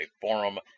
Forum